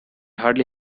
hardly